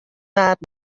waard